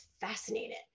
fascinated